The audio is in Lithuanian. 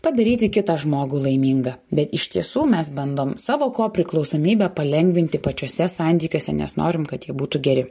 padaryti kitą žmogų laimingą bet iš tiesų mes bandom savo kopriklausomybę palengvinti pačiuose santykiuose nes norim kad ji būtų geri